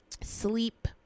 sleep